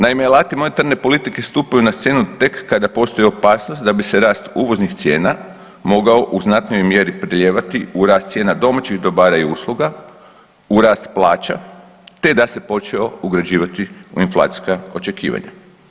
Naime, alati monetarne politike stupaju na scenu tek kada postoji opasnost da bi se rast uvoznih cijena mogao u znatnoj mjeri prelijevati u rast cijena domaćih dobara i usluga, u rast plaća te da se počeo ugrađivati u inflacijska očekivanja.